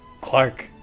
Clark